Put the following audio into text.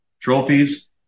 trophies